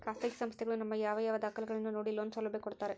ಖಾಸಗಿ ಸಂಸ್ಥೆಗಳು ನಮ್ಮ ಯಾವ ಯಾವ ದಾಖಲೆಗಳನ್ನು ನೋಡಿ ಲೋನ್ ಸೌಲಭ್ಯ ಕೊಡ್ತಾರೆ?